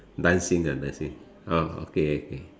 dancing ah dancing ah okay